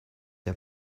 der